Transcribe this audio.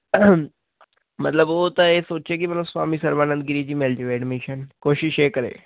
ਮਤਲਬ ਉਹ ਤਾਂ ਇਹ ਸੋਚੇ ਕਿ ਮਤਲਬ ਸਵਾਮੀ ਸਰਵਾਨੰਦ ਗਿਰੀ 'ਚ ਹੀ ਮਿਲ ਜਾਵੇ ਐਡਮਿਸ਼ਨ ਕੋਸ਼ਿਸ਼ ਇਹ ਕਰੇ